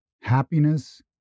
happiness